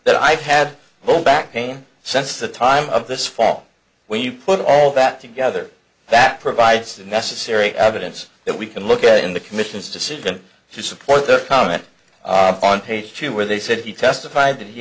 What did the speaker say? that i've had the back pain since the time of this fall when you put all that together that provides the necessary evidence that we can look at in the commission's decision to support the comment on page two where they said he testified that he